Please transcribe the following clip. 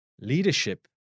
leadership